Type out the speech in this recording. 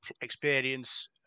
experience